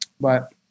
But-